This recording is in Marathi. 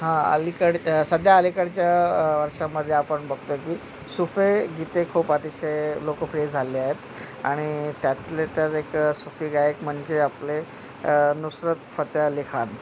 हां अलीकडे सध्या अलीकडच्या वर्षामध्ये आपण बघतो की सुफी गीते खूप अतिशय लोकप्रिय झालेले आहेत आणि त्यातले तर एक सुफी गायक म्हणजे आपले नुसरत फते अली खान